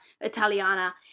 Italiana